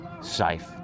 safe